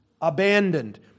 abandoned